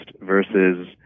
versus